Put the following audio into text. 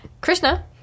Krishna